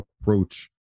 approach